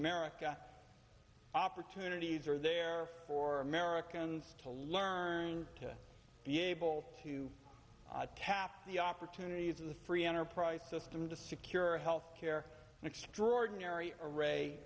america opportunities are there for americans to learn to be able to tap the opportunities of the free enterprise system to secure health care an extraordinary array